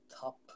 top